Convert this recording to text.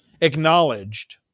acknowledged